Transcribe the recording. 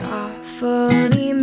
awfully